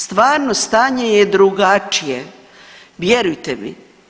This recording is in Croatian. Stvarno stanje je drugačije, vjerujte mi.